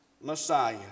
Messiah